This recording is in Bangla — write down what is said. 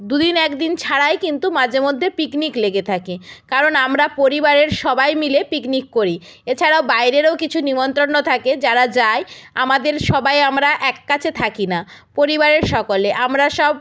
দুদিন একদিন ছাড়াই কিন্তু মাযে মধ্যে পিকনিক লেগে থাকে কারণ আমরা পরিবারের সবাই মিলে পিকনিক করি এছাড়াও বাইরেরও কিছু নিমন্ত্রন্ন থাকে যারা যায় আমাদের সবাই আমরা এক কাছে থাকি না পরিবারের সকলে আমরা সব